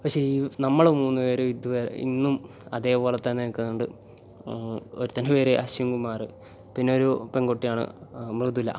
പക്ഷേ ഈ നമ്മൾ മൂന്ന് പേർ ഇതുവരെ ഇന്നും അതേപോലെ തന്നെ നിൽക്കുന്നുണ്ട് ഒരുത്തൻ്റെ പേര് അശ്വിൻ കുമാർ പിന്നെ ഒരു പെൺകുട്ടിയാണ് മൃദുല